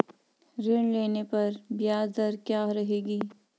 ऋण लेने पर ब्याज दर क्या रहेगी?